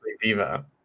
viva